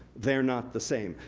they're not the same.